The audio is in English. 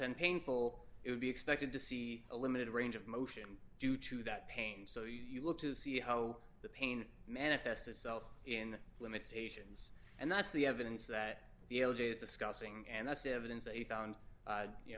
ten painful it would be expected to see a limited range of motion due to that pain so you look to see how the pain manifest itself in limitations and that's the evidence that the l g is discussing and that's the evidence that they found